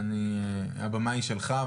הבמה היא שלך,